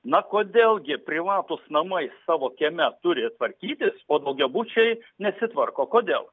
na kodėl gi privatūs namai savo kieme turi tvarkytis o daugiabučiai nesitvarko kodėl